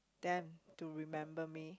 then to remember me